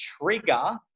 trigger